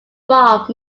bob